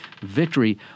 victory